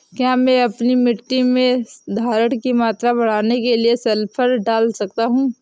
क्या मैं अपनी मिट्टी में धारण की मात्रा बढ़ाने के लिए सल्फर डाल सकता हूँ?